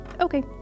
Okay